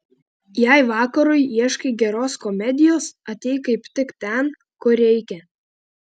jei vakarui ieškai geros komedijos atėjai kaip tik ten kur reikia